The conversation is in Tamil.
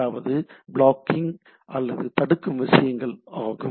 அதாவது இவை பிளாக்கிங் அல்லது தடுக்கும் விஷயங்கள் ஆகும்